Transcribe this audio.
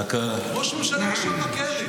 ראש ממשלה ישב בכלא.